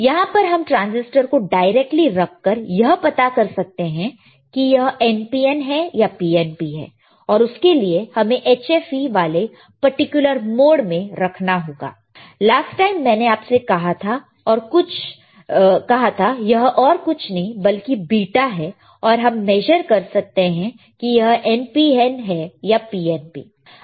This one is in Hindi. यहां पर हम ट्रांजिस्टर को डायरेक्टली रखकर यह पता कर सकते हैं कि यह NPN है या PNP है और उसके लिए हमें HFE वाले पर्टिकुलर मोड में रखना होगा लास्ट टाइम मैंने आपसे कहा था यह और कुछ नहीं बल्कि बिटा है और हम मेशर कर सकते हैं कि क्या यह NPN है या PNP है